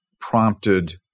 prompted